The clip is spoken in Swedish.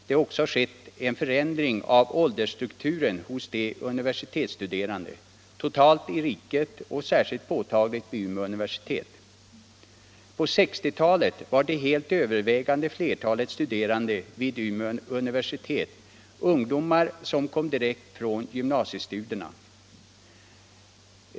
Det har också skett en förändring av åldersstrukturen hos de universitetsstuderande. Totalt i riket och särskilt påtagligt vid Umeå universitet. På 1960-talet var det helt övervägande flertalet studerande vid Umeå universitet ungdomar som kom direkt från gymnasiestudierna.